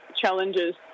challenges